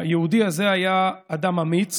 היהודי הזה היה אדם אמיץ